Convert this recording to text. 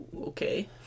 Okay